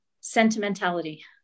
Sentimentality